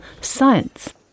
science